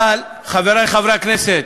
אבל, חברי חברי הכנסת,